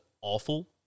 awful